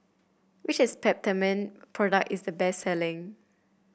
which is Peptamen product is the best selling